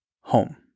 home